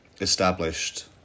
established